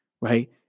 Right